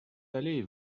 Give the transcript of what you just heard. allez